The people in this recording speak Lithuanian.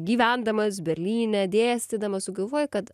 gyvendamas berlyne dėstydamas sugalvoji kad